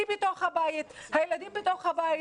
היא בתוך הבית, הילדים בתוך הבית.